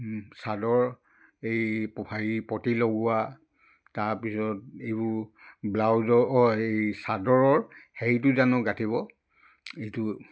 চাদৰ এই হেৰি পতি লগোৱা তাৰপিছত এইবোৰ ব্লাউজৰ অ' হেৰি চাদৰৰ হেৰিটো জানো গাঁঠিব এইটো